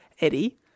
Eddie